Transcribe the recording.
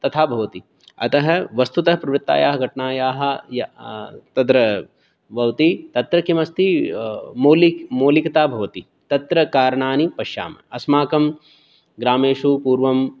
तथा भवति अतः वस्तुतः प्रवृत्तायाः घटनायाः तत्र भवति तत्र किमस्ति मौलिक् मौलिकता भवति तत्र कारणानि पश्यामः अस्माकं ग्रामेषु पूर्वं